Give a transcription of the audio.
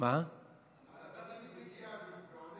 אתה תמיד מגיע לשאילתות.